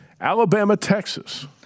Alabama-Texas